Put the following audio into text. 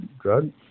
drug